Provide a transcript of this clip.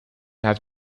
have